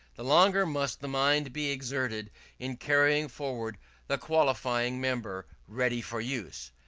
the longer must the mind be exerted in carrying forward the qualifying member ready for use.